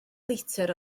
litr